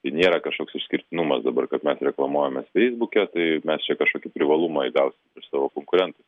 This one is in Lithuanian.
tai nėra kažkoks išskirtinumas dabar kad mes reklamuojamės feisbuke tai mes čia kažkokį privalumą įgausim prieš savo konkurentus